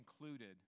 included